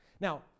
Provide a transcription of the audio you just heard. Now